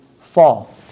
fall